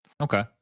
Okay